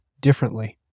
differently